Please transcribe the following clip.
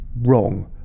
wrong